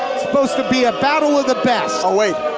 supposed to be a battle of the best! oh wait,